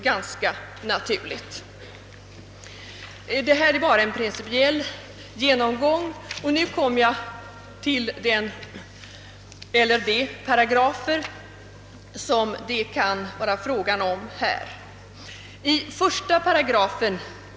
Detta var bara en principiell genomgång och jag kommer nu till de paragrafer som kan vara av intresse i detta sammanhang.